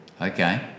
Okay